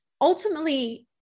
Ultimately